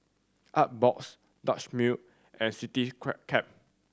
Artbox Dutch Mill and